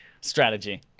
strategy